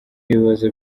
ibibazo